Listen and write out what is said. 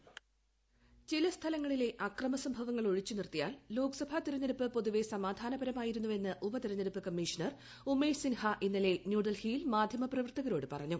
voice ചില സ്ഥലങ്ങളിലെ അക്രമ സംഭവങ്ങൾ ഒഴിച്ച് നിർത്തിയാൽ ലോക്സഭാ തെരഞ്ഞെടുപ്പ് പൊതുവെ സമാധാനപരമായിരുന്നുവെന്ന് ഉപതെരഞ്ഞെടുപ്പ് കമ്മീഷണർ ഉമേഷ് സിൻഹ ഇന്നലെ ന്യൂഡൽഹിയിൽ മാധ്യമ പ്രവർത്തകരോട് പറഞ്ഞു